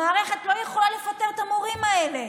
המערכת לא יכולה לפטר את המורים האלה.